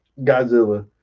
Godzilla